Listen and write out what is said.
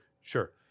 Sure